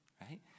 right